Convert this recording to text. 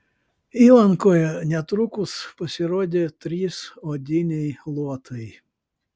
įlankoje netrukus pasirodė trys odiniai luotai